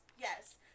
Yes